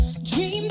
dream